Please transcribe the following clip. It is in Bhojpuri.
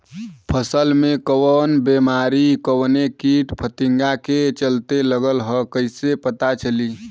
फसल में कवन बेमारी कवने कीट फतिंगा के चलते लगल ह कइसे पता चली?